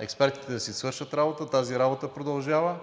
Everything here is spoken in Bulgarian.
експертите да си свършат работата. Тази работа продължава